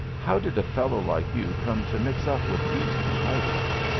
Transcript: how did a fellow like you come to mix up with these pirates?